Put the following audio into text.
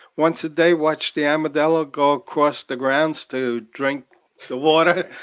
once a day watch the armadillo go across the grounds to drink the water?